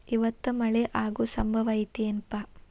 ಇವತ್ತ ಮಳೆ ಆಗು ಸಂಭವ ಐತಿ ಏನಪಾ?